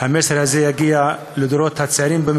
המסר הזה יגיע, בייחוד לדורות הצעירים,